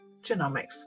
genomics